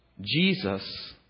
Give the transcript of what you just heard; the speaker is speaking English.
Jesus